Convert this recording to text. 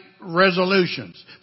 resolutions